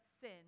sin